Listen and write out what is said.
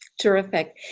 Terrific